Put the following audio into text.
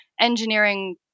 engineering